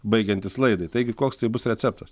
baigiantis laidai taigi koks tai bus receptas